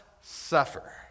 suffer